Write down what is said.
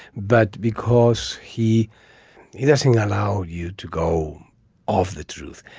but because he he doesn't allow you to go off the truth.